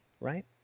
right